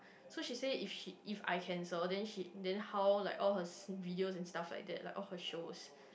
so she say if she if I cancel then she then how like all her video and stuff like that all her shows